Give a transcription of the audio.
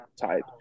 type